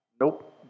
Nope